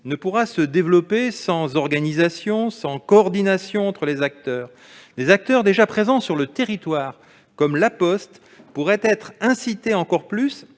ne pourra se développer sans organisation, sans coordination entre acteurs. Des acteurs déjà présents sur le territoire, comme La Poste, pourraient être incités encore plus